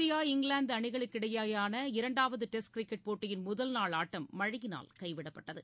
India இங்கிலாந்துஅணிகளுக்கிடையேயான இரண்டாவதுடெஸ்ட் cricket போட்டியின் முதல் நாள் ஆட்டம் மழையினால் கைவிடப்பட்டது